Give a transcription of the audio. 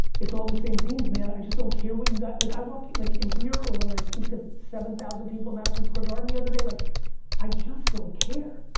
it's all the same themes man, i just don't care what you got, like i walk like in here or when i speak to seven thousand people at madison square garden the other day, like i just don't care.